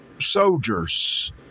soldiers